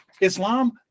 Islam